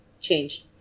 changed